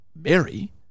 Mary